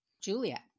Juliet